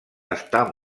està